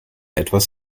etwas